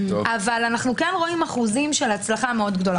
אבל אנחנו רואים אחוזים של הצלחה מאוד גדולה.